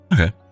okay